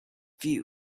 few